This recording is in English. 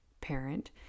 parent